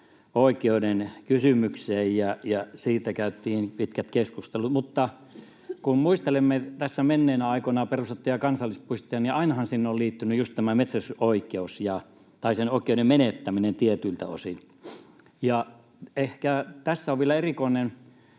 metsästysoikeuden kysymykseen, ja siitä käytiin pitkät keskustelut. Mutta kun muistelemme tässä menneinä aikoina perustettuja kansallispuistoja, niin ainahan siihen on liittynyt just tämä metsästysoikeus tai sen oikeuden menettäminen tietyiltä osin. Ja ehkä tässä on vielä erikoinen